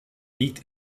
liegt